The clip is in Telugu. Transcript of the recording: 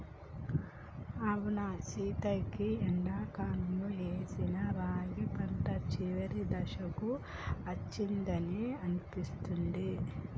అవును సీత గీ ఎండాకాలంలో ఏసిన రాగి పంట చివరి దశకు అచ్చిందని అనిపిస్తుంది